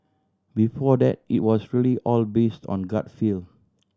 before that it was really all based on gut feel